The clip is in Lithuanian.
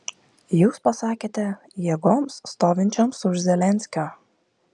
jūs pasakėte jėgoms stovinčioms už zelenskio